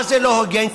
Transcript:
מה זה לא הוגן?